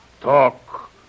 talk